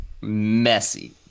messy